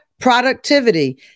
Productivity